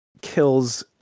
kills